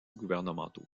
gouvernementaux